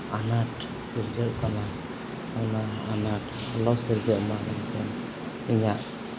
ᱟᱱᱟᱴ ᱥᱤᱨᱡᱟᱹᱜ ᱠᱟᱱᱟ ᱚᱱᱟ ᱟᱱᱟᱴ ᱟᱞᱚ ᱥᱤᱨᱡᱟᱹᱜ ᱢᱟ ᱤᱧᱟᱹᱜ